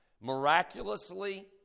Miraculously